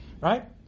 Right